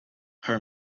her